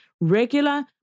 regular